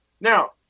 Now